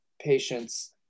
patients